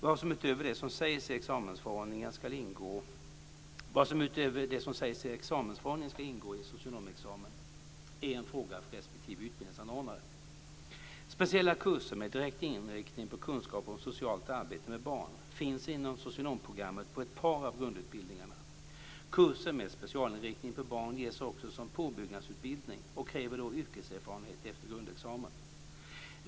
Vad som utöver det som sägs i examensförordningen ska ingå i socionomexamen är en fråga för respektive utbildningsanordnare. Speciella kurser med direkt inriktning på kunskap om socialt arbete med barn finns inom socionomprogrammet på ett par av grundutbildningarna. Kurser med specialinriktning på barn ges också som påbyggnadsutbildning och kräver då yrkeserfarenhet efter grundexamen.